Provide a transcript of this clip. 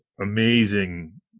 amazing